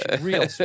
Real